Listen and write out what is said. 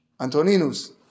Antoninus